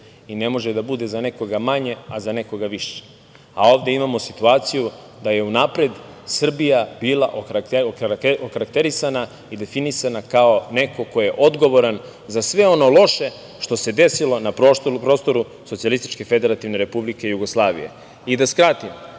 i ne može da bude za nekoga manje, a za nekoga više. Ovde imamo situaciju da je unapred Srbija bila okarakterisana i definisana, kao neko ko je odgovoran za sve ono loše što se desilo na prostoru SFRJ.Da skratim, nije slučajno ni to,